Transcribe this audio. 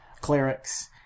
clerics